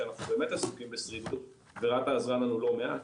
שאנחנו באמת עסוקים בשרידות ורת"א עזרה לנו לא מעט.